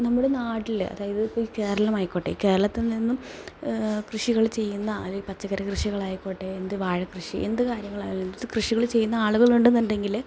നമ്മുടെ നാട്ടിൽ അതായത് ഇപ്പോൾ ഈ കേരളം ആയിക്കോട്ടെ കേരളത്തിൽ നിന്നും കൃഷികൾ ചെയ്യുന്ന അല്ലെങ്കിൽ പച്ചക്കറി കൃഷികളായിക്കോട്ടെ എന്ത് വാഴക്കൃഷി എന്ത് കാര്യങ്ങളായാലും ഇത് കൃഷികൾ ചെയ്യുന്ന ആളുകളുണ്ടെന്നുണ്ടെങ്കിൽ